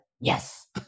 yes